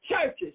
churches